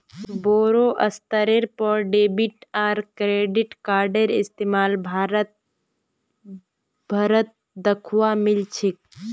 बोरो स्तरेर पर डेबिट आर क्रेडिट कार्डेर इस्तमाल भारत भर त दखवा मिल छेक